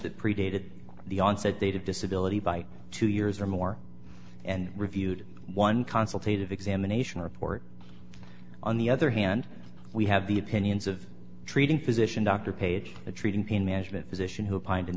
that predated the onset date of disability by two years or more and reviewed one consultation of examination report on the other hand we have the opinions of treating physician dr paige a treating pain management physician who pined in